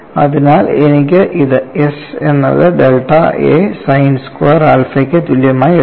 അതിനാൽ എനിക്ക് ഇത് s എന്നത് ഡെൽറ്റ a സൈൻ സ്ക്വയർ ആൽഫയ്ക്ക് തുല്യമായി എടുക്കാം